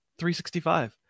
365